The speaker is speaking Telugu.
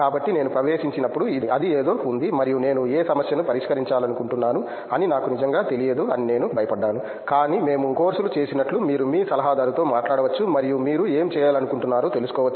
కాబట్టి నేను ప్రవేశించినప్పుడు అది ఏదో ఉంది మరియు నేను ఏ సమస్యను పరిష్కరించాలనుకుంటున్నాను అని నాకు నిజంగా తెలియదు అని నేను భయపడ్డాను కానీ మేము కోర్సులు చేసినట్లు మీరు మీ సలహాదారుతో మాట్లాడవచ్చు మరియు మీరు ఏమి చేయాలనుకుంటున్నారో తెలుసుకోవచ్చు